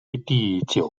第九